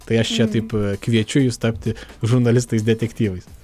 tai aš čia taip kviečiu jus tapti žurnalistais detektyvais